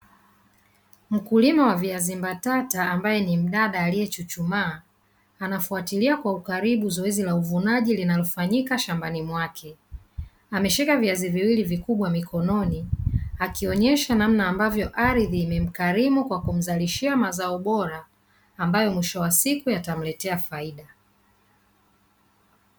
Mkulima wa viazi mbatata ambaye ni mdada aliyechuchumaa anafwatilia kwa ukaribu zoezi la uvunaji linalofanyika shambani mwake, ameshika viazi viwili vikubwa mikononi akionyesha namna ambavyo ardhi imemkarimu kwa kumzalishia mazao bora ambayo mwisho wa siku yatamletea faida.